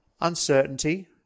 uncertainty